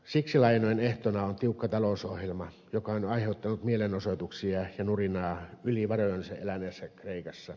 siksi lainojen ehtona on tiukka talousohjelma joka on aiheuttanut mielenosoituksia ja nurinaa yli varojensa eläneessä kreikassa